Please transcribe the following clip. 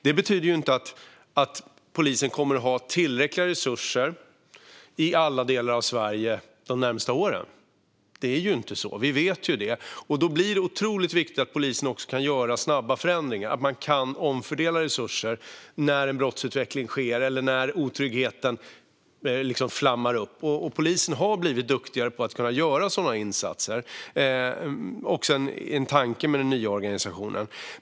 Det betyder inte att polisen kommer att ha tillräckliga resurser i alla delar av Sverige de närmaste åren. Vi vet att det är så, och då blir det viktigt att polisen kan göra snabba förändringar och omfördela resurser när en brottsutveckling sker eller när otryggheten flammar upp. Polisen har blivit duktigare på att göra sådana insatser, vilket också är en tanke med den nya organisationen.